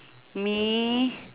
me